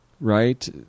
Right